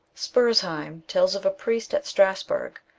spurzheim tells of a priest at strasbourg,